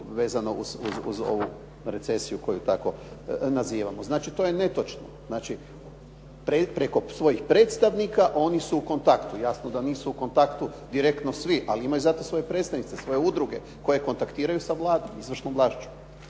vezano uz ovu recesiju koju tako nazivamo. Znači, to je netočno. Znači, preko svojih predstavnika oni su kontaktu. Jasno da nisu u kontaktu direktno svi ali imaju zato svoje predstavnike, svoje udruge koje kontaktiraju sa Vladom, izvršnom vlašću.